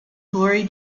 glory